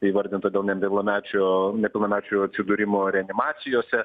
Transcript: įvardintų dėl nepilnamečio nepilnamečių atsidūrimo reanimacijose